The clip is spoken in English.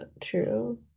true